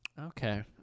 Okay